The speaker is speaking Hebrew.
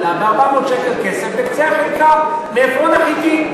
ב-400 שקל כסף בקצה החלקה מעפרון החתי.